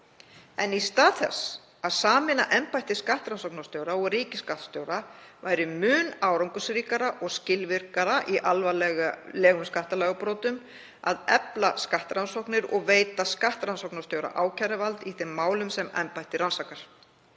En í stað þess að sameina embætti skattrannsóknarstjóra og ríkisskattstjóra væri mun árangursríkara og skilvirkara í alvarlegum skattalagabrotum að efla skattrannsóknir og veita skattrannsóknarstjóra ákæruvald í þeim málum sem embættið rannsakar.